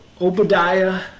Obadiah